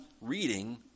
reading